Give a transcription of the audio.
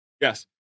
yes